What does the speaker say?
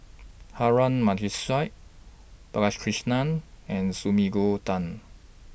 Harun Aminurrashid Balakrishnan and Sumiko Tan